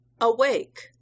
Awake